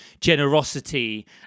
generosity